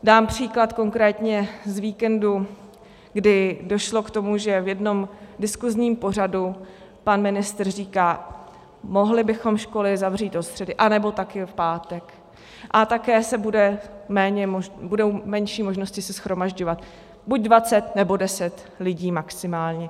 Dám příklad konkrétně z víkendu, kdy došlo k tomu, že v jednom diskusním pořadu pan ministr říká: mohli bychom školy zavřít do středy, anebo taky v pátek, a také budou menší možnosti se shromažďovat, buď dvacet, nebo deset lidí maximálně.